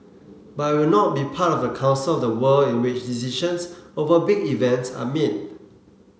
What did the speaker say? but it'll not be part of the council of the world in which decisions over big events are made